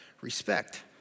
respect